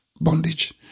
Bondage